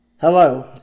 Hello